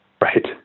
Right